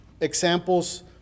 examples